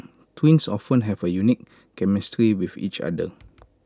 twins often have A unique chemistry with each other